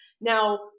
Now